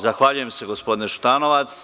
Zahvaljujem se, gospodine Šutanovac.